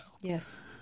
Yes